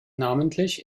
namentlich